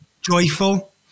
joyful